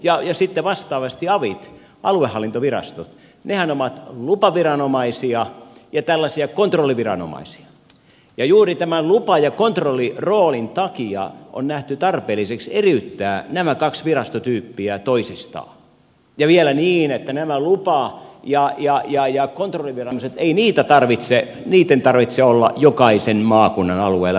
sitten vastaavasti avit aluehallintovirastot nehän ovat lupaviranomaisia ja kontrolliviranomaisia ja juuri tämän lupa ja kontrolliroolin takia on nähty tarpeelliseksi eriyttää nämä kaksi virastotyyppiä toisistaan ja vielä niin että ei niiden lupa ja kontrolliviranomaisten tarvitse välttämättä olla jokaisen maakunnan alueella